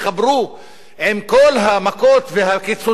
עם כל המכות והקיצוצים וכו' וכו',